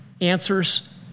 answers